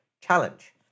challenge